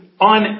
on